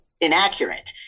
inaccurate